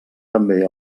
també